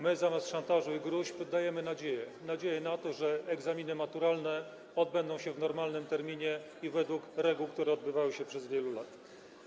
My zamiast szantażu i gróźb dajemy nadzieję - nadzieję na to, że egzaminy maturalne odbędą się w normalnym terminie i według reguł, zgodnie z którymi odbywały się przez wiele lat.